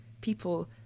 people